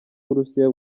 burusiya